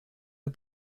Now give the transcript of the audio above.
pas